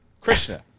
Krishna